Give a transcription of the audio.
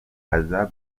aza